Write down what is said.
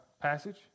passage